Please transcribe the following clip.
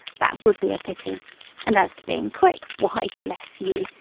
that would be a pity and as to being quick, why, bless you!